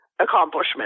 accomplishment